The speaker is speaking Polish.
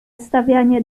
stawianie